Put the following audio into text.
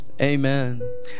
Amen